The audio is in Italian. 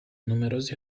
numerosi